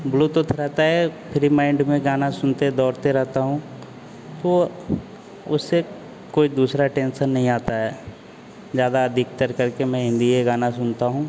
Bluetooth रहता है free mind में गाना सुनते दौड़ते रहता हूँ तो उससे कोई दूसरा टेंशन नहीं आता है ज़्यादातर करके मैं हिन्दी गाना सुनता हूँ